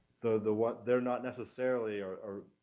the, the, what they're not necessarily, are,